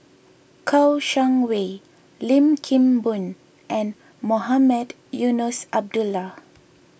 Kouo Shang Wei Lim Kim Boon and Mohamed Eunos Abdullah